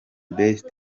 best